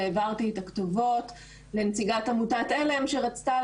והעברתי את הכתובות לנציגת עמותת עלם שרצתה